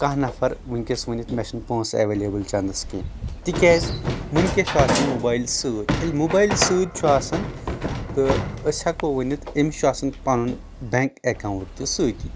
کانٛہہ نفر ؤنکیٚس ؤنِتھ مےٚ چھنہٕ پۄنٛسہِ اٮ۪ویلیبٕل چندس کینٛہہ تِکیٛازِ ؤنکیٚس چھُ آسان موبایل سۭتۍ ییٚلہِ موبایل سۭتۍ چھُ آسان تہٕ أسۍ ہٮ۪کو ؤنِتھ أمِس چھُ آسان پنُن بیٚنٛک اکاونٹ تہِ سۭتی